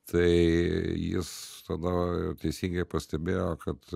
tai jis tada teisingai pastebėjo kad